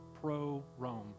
pro-Rome